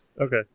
Okay